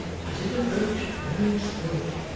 as it approached very slowly,